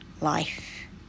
life